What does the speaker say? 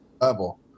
level